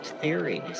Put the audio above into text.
theories